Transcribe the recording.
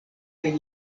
kaj